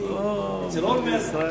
אצל אולמרט,